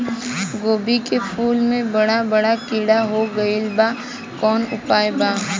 गोभी के फूल मे बड़ा बड़ा कीड़ा हो गइलबा कवन उपाय बा?